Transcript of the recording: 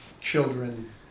children